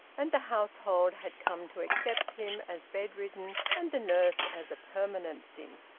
and the household had come to accept him as bed-ridden and the nurse as a permanency.